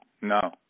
no